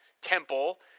temple